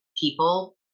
people